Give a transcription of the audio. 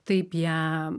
taip ją